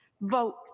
Vote